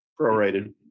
Prorated